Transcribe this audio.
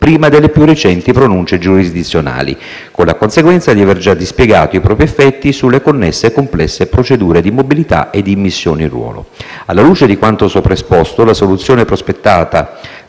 prima delle più recenti pronunce giurisdizionali, con la conseguenza di aver già dispiegato i propri effetti sulle connesse e complesse procedure di mobilità e di immissione in ruolo. Alla luce di quanto sopra esposto, la soluzione prospettata